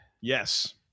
Yes